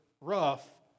rough